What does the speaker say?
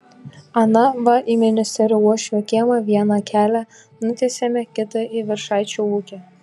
ana va į ministerio uošvio kiemą vieną kelią nutiesėme kitą į viršaičio ūkį